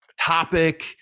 topic